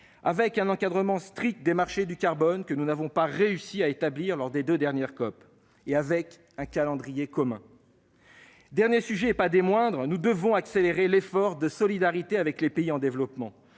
avec un encadrement strict des marchés du carbone, que nous n'avons pas réussi à mettre en place lors des deux dernières COP, et avec un calendrier commun. Dernier sujet, et non des moindres : nous devons accélérer l'effort de solidarité avec les pays en développement.